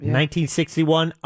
1961